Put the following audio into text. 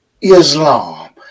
Islam